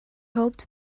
hoped